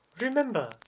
Remember